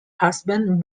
husband